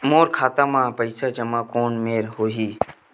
मोर खाता मा पईसा जमा कोन मेर होही?